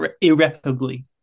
irreparably